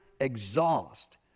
exhaust